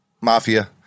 Mafia